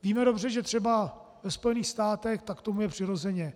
Víme dobře, že třeba ve Spojených státech tak tomu je přirozeně.